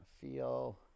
feel